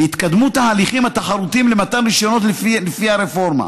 בהתקדמות ההליכים התחרותיים למתן רישיונות לפי הרפורמה.